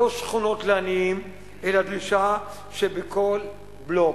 לא שכונות לעניים, אלא דרישה שבכל בלוק